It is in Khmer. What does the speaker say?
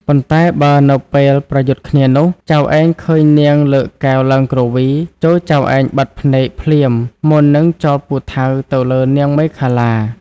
ប៉ុន្តែបើនៅពេលប្រយុទ្ធគ្នានោះ ចៅឯងឃើញនាងលើកកែវឡើងគ្រវី ចូរចៅឯងបិទភ្នែកភ្លាមមុននឹងចោលពូថៅទៅលើនាងមេខលា។